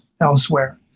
elsewhere